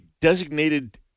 designated